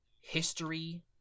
history